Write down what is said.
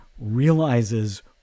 realizes